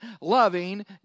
loving